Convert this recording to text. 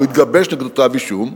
או התגבש נגדו כתב-אישום,